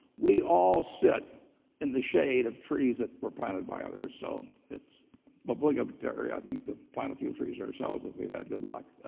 we all sit in the shade of trees that were planted by others, so it's but obligatory i think to plant a few trees ourselves if we've had good luck.